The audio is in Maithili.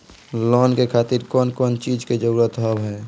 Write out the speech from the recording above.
लोन के खातिर कौन कौन चीज के जरूरत हाव है?